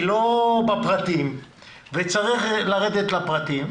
היא לא בפרטים וצריך לרדת לפרטים.